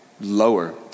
lower